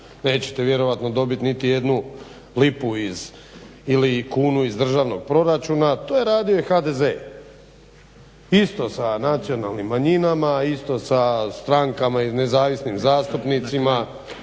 neće vjerojatno dobiti niti jednu lipu iz ili kunu iz državnog proračuna. to je radio HDZ isto sa nacionalnim manjinama, isto strankama i s nezavisnim zastupnicima